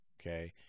okay